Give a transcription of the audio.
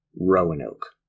Roanoke